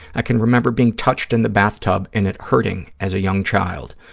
i can remember being touched in the bathtub and it hurting as a young child.